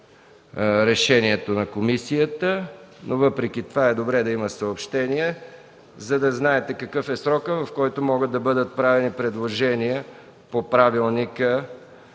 решението на комисията, но въпреки това е добре да има съобщение, за да знаете какъв е срокът, в който могат да бъдат правени предложения по правилника